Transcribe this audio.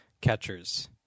catchers